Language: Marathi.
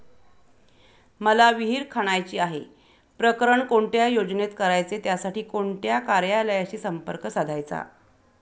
मला विहिर खणायची आहे, प्रकरण कोणत्या योजनेत करायचे त्यासाठी कोणत्या कार्यालयाशी संपर्क साधायचा?